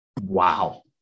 Wow